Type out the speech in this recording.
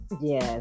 yes